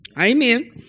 Amen